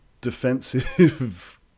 defensive